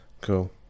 Cool